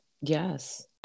yes